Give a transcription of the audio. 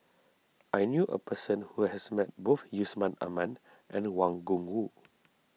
I knew a person who has met both Yusman Aman and Wang Gungwu